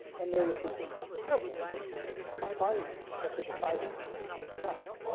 and there was this incredible abundance that the disciples picked up.